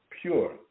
pure